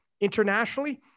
internationally